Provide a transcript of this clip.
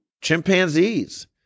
chimpanzees